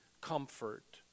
comfort